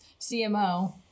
CMO